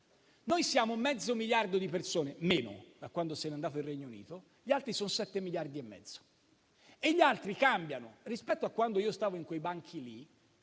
Noi siamo mezzo miliardo di persone (anche meno, da quando se n'è andato il Regno Unito); gli altri sono sette miliardi e mezzo. E gli altri cambiano. Rispetto a quando io stavo in quei banchi lì,